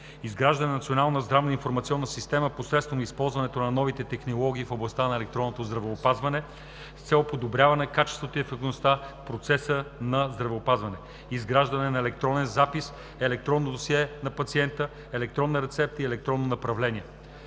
изграждане на Национална здравна информационна система посредством използването на новите технологии в областта на електронното здравеопазване с цел подобряване качеството и ефективността в процеса на здравеопазване; изграждане на електронен запис, електронно досие на пациента, електронна рецепта и електронно направление;